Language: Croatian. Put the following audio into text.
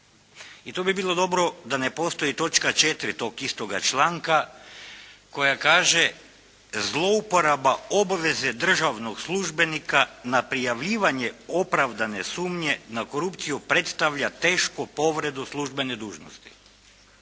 I to bi bilo dobro da ne postoji točka 4. tog istoga članka koja kaže, zlouporaba obaveze državnog službenika na prijavljivanje opravdane sumnje na korupciju predstavlja tešku povredu službene dužnosti.